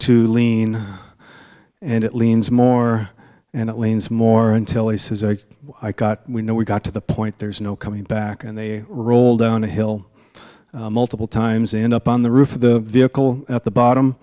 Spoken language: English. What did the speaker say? to lean and it leans more and it leans more until he says i got we know we got to the point there's no coming back and they roll down a hill multiple times and up on the roof of the vehicle at the bottom